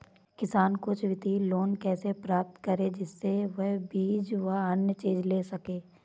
किसान कुछ वित्तीय लोन कैसे प्राप्त करें जिससे वह बीज व अन्य चीज ले सके?